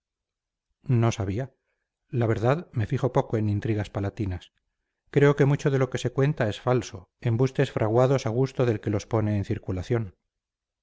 no sabía la verdad me fijo poco en intrigas palatinas creo que mucho de lo que se cuenta es falso embustes fraguados a gusto del que los pone en circulación